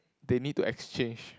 they need to exchange